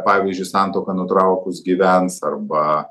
pavyzdžiui santuoką nutraukus gyvens arba